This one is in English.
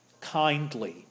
kindly